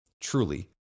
Truly